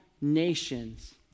nations